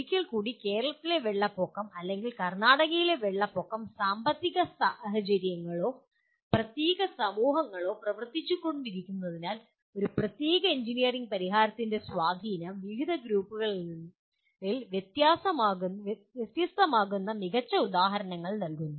ഒരിക്കൽ കൂടി കേരളത്തിലെ വെള്ളപ്പൊക്കം അല്ലെങ്കിൽ കർണാടകയിലെ വെള്ളപ്പൊക്കം സാമ്പത്തിക സാഹചര്യങ്ങളോ പ്രത്യേക സമൂഹങ്ങളോ പ്രവർത്തിച്ചുകൊണ്ടിരിക്കുന്നതിനാൽ ഒരു പ്രത്യേക എഞ്ചിനീയറിംഗ് പരിഹാരത്തിന്റെ സ്വാധീനം വിവിധ ഗ്രൂപ്പുകളിൽ വ്യത്യസ്തമാകുന്ന മികച്ച ഉദാഹരണങ്ങൾ നൽകുന്നു